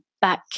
back